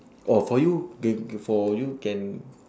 oh for you ca~ for you can